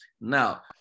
Now